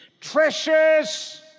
treasures